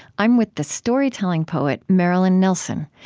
i'm with the storytelling poet marilyn nelson.